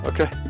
okay